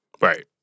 Right